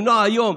למנוע היום,